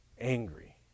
angry